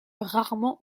rarement